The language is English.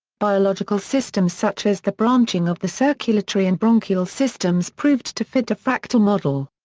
biological systems such as the branching of the circulatory and bronchial systems proved to fit a fractal model.